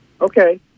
Okay